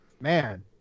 Man